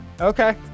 Okay